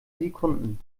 sekunden